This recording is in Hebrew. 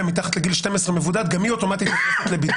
מתחת לגיל 12 מאומת גם היא אוטומטית בבידוד,